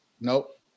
nope